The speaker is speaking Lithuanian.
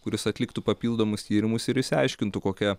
kuris atliktų papildomus tyrimus ir išsiaiškintų kokia